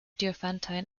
diophantine